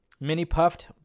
mini-puffed